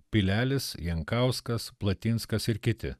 pilelis jankauskas platinskas ir kiti